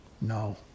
No